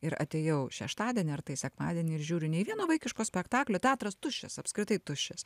ir atėjau šeštadienį ar tai sekmadienį ir žiūriu nei vieno vaikiško spektaklio teatras tuščias apskritai tuščias